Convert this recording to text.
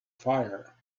fire